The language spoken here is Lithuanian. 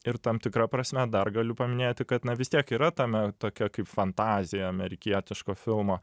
ir tam tikra prasme dar galiu paminėti kad na vis tiek yra tame tokia kaip fantazija amerikietiško filmo